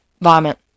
Vomit